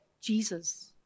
Jesus